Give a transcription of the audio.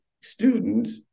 students